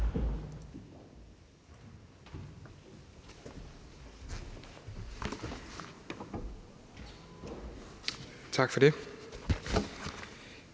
Tak for det.